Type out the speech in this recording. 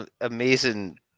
Amazing